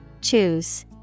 Choose